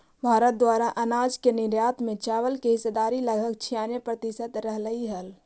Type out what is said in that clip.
भारत द्वारा अनाज के निर्यात में चावल की हिस्सेदारी लगभग छियानवे प्रतिसत रहलइ हल